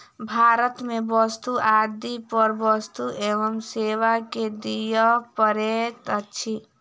भारत में वस्तु आदि पर वस्तु एवं सेवा कर दिअ पड़ैत अछि